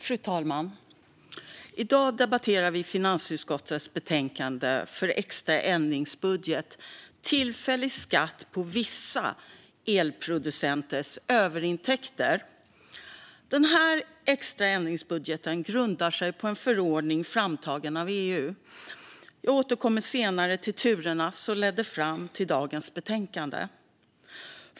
Fru talman! I dag debatterar vi finansutskottets betänkande Extra ändringsbudget för 2023 - T illfällig skatt på vissa elproducenters överintäkter . Den extra ändringsbudgeten grundar sig på en förordning framtagen av EU. Jag återkommer senare till turerna som ledde fram till dagens betänkande.